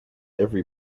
every